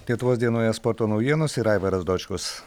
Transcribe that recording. lietuvos dienoje sporto naujienos ir aivaras dočkus